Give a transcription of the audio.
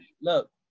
Look